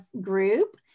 Group